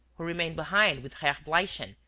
who remained behind with herr bleichen,